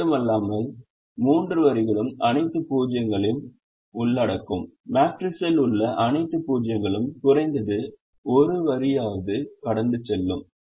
அது மட்டுமல்லாமல் மூன்று வரிகளும் அனைத்து 0 களையும் உள்ளடக்கும் மேட்ரிக்ஸில் உள்ள அனைத்து 0 களும் குறைந்தது ஒரு வரியையாவது கடந்து செல்லும்